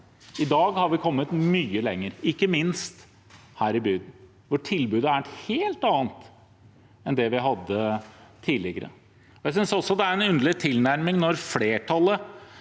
I dag har vi kommet mye lenger, ikke minst her i byen, hvor tilbudet er et helt annet enn det vi hadde tidligere. Det er en underlig tilnærming når flertallets